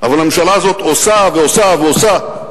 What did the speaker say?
אבל הממשלה הזאת עושה ועושה ועושה.